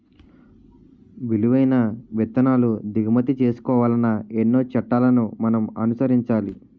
విలువైన విత్తనాలు దిగుమతి చేసుకోవాలన్నా ఎన్నో చట్టాలను మనం అనుసరించాలి